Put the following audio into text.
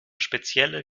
spezielle